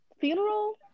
funeral